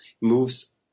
moves